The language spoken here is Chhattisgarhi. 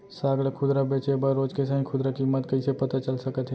साग ला खुदरा बेचे बर रोज के सही खुदरा किम्मत कइसे पता चल सकत हे?